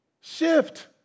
Shift